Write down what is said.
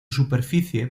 superficie